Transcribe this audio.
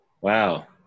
Wow